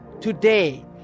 Today